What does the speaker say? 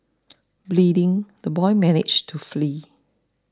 bleeding the boy managed to flee